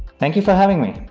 thank you for having me.